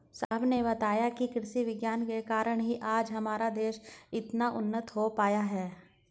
साहब ने बताया कि कृषि विज्ञान के कारण ही आज हमारा देश इतना उन्नत हो पाया है